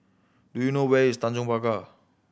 do you know where is Tanjong Pagar